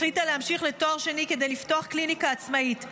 החליטה להמשיך לתואר שני כדי לפתוח קליניקה עצמאית.